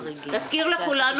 נזכיר לכולנו,